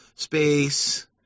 Space